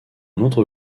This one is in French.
autre